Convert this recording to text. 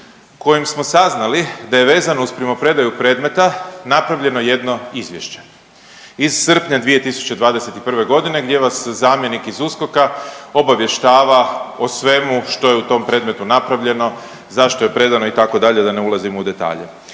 kojim smo saznali da je vezano uz primopredaju predmeta napravljeno jedno izvješće iz srpnja 2021. godine gdje vas zamjenik iz USKOK-a obavještava o svemu što je u tom predmetu napravljeno, zašto je predano itd. da ne ulazim u detalje.